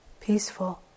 peaceful